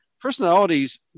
personalities